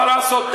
מה לעשות.